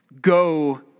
Go